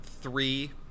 three